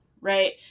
Right